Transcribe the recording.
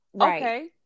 okay